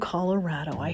Colorado